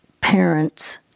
parents